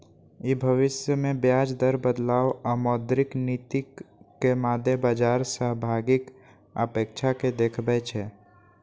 ई भविष्य मे ब्याज दर बदलाव आ मौद्रिक नीतिक मादे बाजार सहभागीक अपेक्षा कें देखबै छै